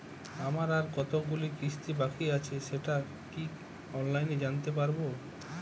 আমার আর কতগুলি কিস্তি বাকী আছে সেটা কি অনলাইনে জানতে পারব?